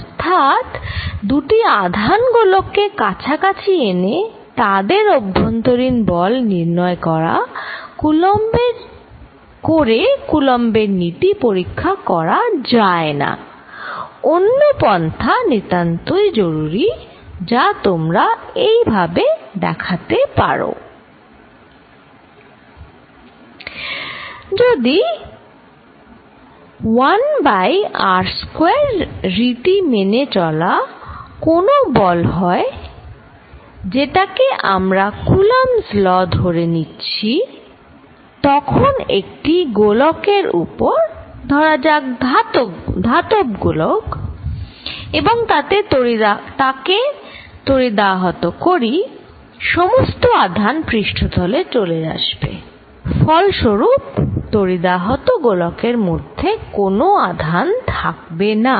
অর্থাৎ দুটি আধান গোলককে কাছাকাছি এনে তাদের অভ্যন্তরীণ বল নির্ণয় করে কুলম্বের নীতি Coulumb's Law পরীক্ষা করা যায় না অন্য পন্থা নিতান্তই জরুরি যা তোমরা এইভাবে দেখাতে পারো যদি 1 বাই r স্কয়ার রীতি মেনে চলা কোন বল হয় যেটাকে আমরা কুলম্বস ল'Coulumb's Law ধরে নিচ্ছি তখন একটি গোলকের উপর ধরা যাক ধাতব গোলক এবং তাতে তড়িদাহত করি সমস্ত আধান পৃষ্ঠতলে চলে আসবে ফল স্বরূপ তড়িদাহত গোলকের ভেতরে কোন আধান থাকবে না